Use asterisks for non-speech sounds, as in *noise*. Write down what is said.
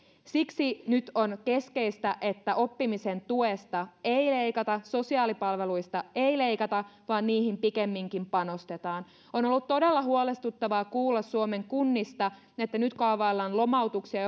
siksi nyt on keskeistä että oppimisen tuesta ei leikata sosiaalipalveluista ei leikata vaan niihin pikemminkin panostetaan on ollut todella huolestuttavaa kuulla suomen kunnista että nyt kaavaillaan lomautuksia *unintelligible*